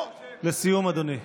בסדר.